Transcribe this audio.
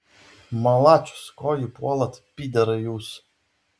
malačius ko jį puolat pyderai jūs